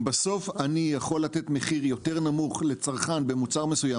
אם בסוף אני יכול לתת מחיר יותר נמוך לצרכן במוצר מסוים